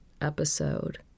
episode